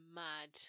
mad